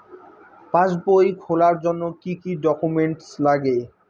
পাসবই খোলার জন্য কি কি ডকুমেন্টস লাগে?